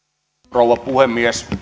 rouva puhemies